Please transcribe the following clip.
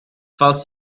falls